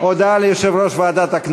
שלושה נמנעים.